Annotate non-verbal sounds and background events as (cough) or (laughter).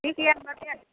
ठीक यऽ (unintelligible)